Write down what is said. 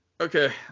Okay